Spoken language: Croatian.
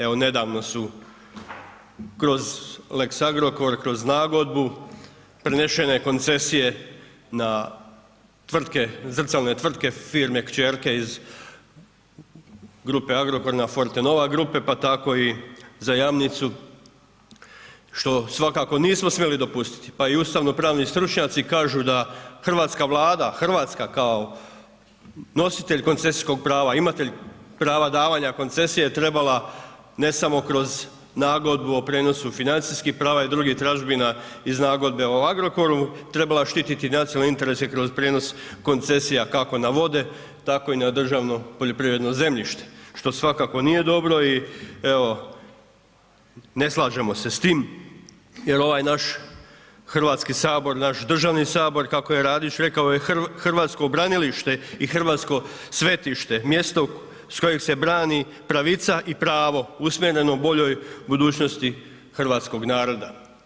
Evo nedavno su kroz lex Agrokor, kroz nagodbu prenešene koncesije na tvrtke, zrcalne tvrtke firme kćerke iz grupe Agrokor na Forte nova grupe pa tako i za Jamnicu što svakako nismo smjeli dopustiti pa i ustavno pravni stručnjaci kažu da hrvatska Vlada, Hrvatska kao kao nositelj koncesijskog prava, imatelj prava davanja koncesija je trebala ne samo kroz nagodbu o prijenosu financijskih prava i drugih tražbina iz nagodbe o Agrokoru, trebala je štiti nacionalne interese kroz prijenos koncesija kako na vode tako i na državno poljoprivredno zemljište što svakako nije dobro i evo ne slažemo se s tim, jer ovaj naš Hrvatski sabor, naš državni sabor kako je Radić rekao je hrvatsko branilište i hrvatsko svetište, mjesto s kojeg se brani pravica i pravo usmjereno boljoj budućnosti Hrvatskog naroda.